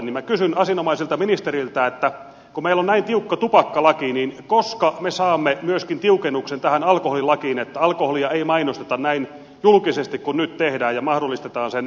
minä kysyn asianomaiselta ministeriltä että kun meillä on näin tiukka tupakkalaki niin koska me saamme myöskin tiukennuksen tähän alkoholilakiin että alkoholia ei mainosteta näin julkisesti kuin nyt tehdään ja mahdollistetaan sen hankkiminen